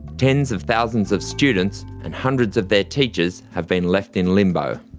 tens of thousands of students and hundreds of their teachers have been left in limbo.